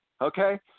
Okay